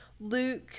Luke